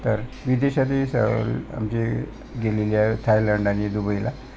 तर विदेशातही सहल आमची गेलेली आहे थायलंड आणि दुबईला